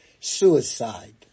Suicide